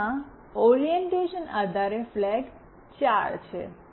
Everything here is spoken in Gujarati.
આગળમાં ઓરિએંટેશન આધારે ફ્લેગ 4 છે